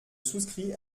souscris